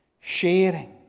sharing